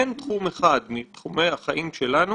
אין תחום אחד מתחומי החיים שלנו